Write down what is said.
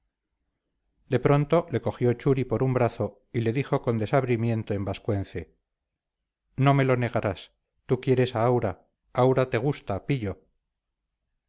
de pronto le cogió churi por un brazo y le dijo con desabrimiento en vascuence no me lo negarás tú quieres a aura aura te gusta pillo